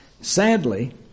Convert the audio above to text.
Sadly